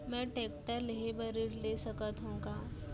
मैं टेकटर लेहे बर ऋण ले सकत हो का?